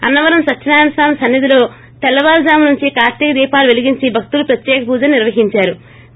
అన్నవరం సత్యనారాయణ స్వామి సన్నిధిలో తెల్లవారుజాము నుంచి కార్తీక దీపాలు పెలిగించి భక్తులు ప్రత్యేక పూజలు నిర్వహించారు